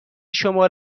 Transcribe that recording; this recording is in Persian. شما